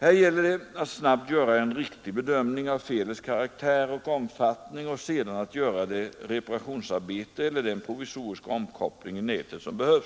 Här gäller det att snabbt göra en riktig bedömning av felets karaktär och omfattning och sedan att göra det reparationsarbete eller den provisoriska omkoppling i nätet som behövs.